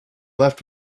left